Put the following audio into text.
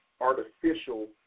artificial